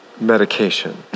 medication